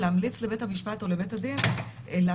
להמליץ לבית המשפט או לבית הדין להפנות